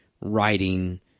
writing